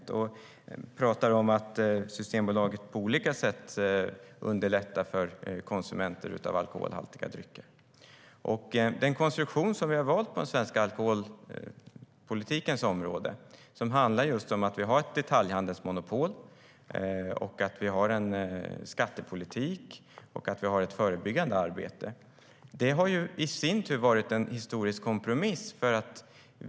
Sten Bergheden talar om att Systembolaget på olika sätt underlättar för konsumenter av alkoholhaltiga drycker. Den konstruktion som vi har valt på den svenska alkoholpolitikens område handlar om att vi har ett detaljhandelsmonopol, en skattepolitik och ett förebyggande arbete. Det har i sin tur varit en historisk kompromiss.